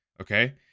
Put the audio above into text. Okay